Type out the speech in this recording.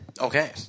okay